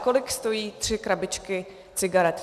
Kolik stojí tři krabičky cigaret?